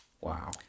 Wow